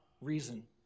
reason